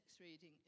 reading